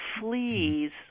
fleas